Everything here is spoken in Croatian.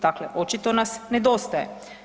Dakle očito nas nedostaje.